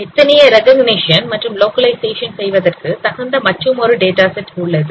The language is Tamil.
இத்தகைய ரககிநீஷன் மற்றும் லொகலைசேஷன் செய்வதற்கு தகுந்த மற்றுமொரு டேட்டா செட் உள்ளது